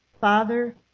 Father